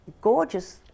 gorgeous